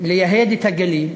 לייהד את הגליל,